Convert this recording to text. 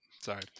Sorry